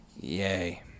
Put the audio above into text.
yay